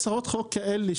הצעות חוק כאלה,